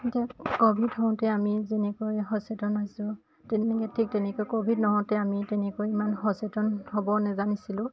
এতিয়া ক'ভিড হওতে আমি যেনেকৈ সচেতন হৈছোঁ তেনেকৈ ঠিক তেনেকৈ ক'ভিড নহওতে আমি তেনেকৈ ইমান সচেতন হ'ব নজানিছিলোঁ